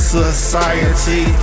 society